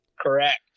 Correct